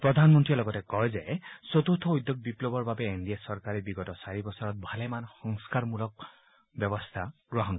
প্ৰধানমন্ত্ৰীয়ে লগতে কয় যে চতুৰ্থ উদ্যোগ বিপ্লৱৰ বাবে এন ডি এ চৰকাৰে বিগত চাৰি বছৰত ভালেমান সংস্কাৰমূলক ব্যৱস্থা গ্ৰহণ কৰিছে